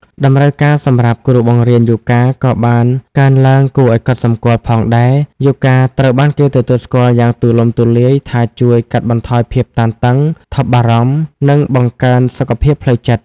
តម្រូវការសម្រាប់គ្រូបង្រៀនយូហ្គាក៏បានកើនឡើងគួរឱ្យកត់សម្គាល់ផងដែរ។ យូហ្គាត្រូវបានគេទទួលស្គាល់យ៉ាងទូលំទូលាយថាជួយ កាត់បន្ថយភាពតានតឹង ថប់បារម្ភ និងបង្កើនសុខភាពផ្លូវចិត្ត។